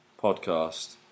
podcast